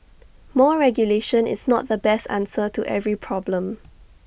more regulation is not the best answer to every problem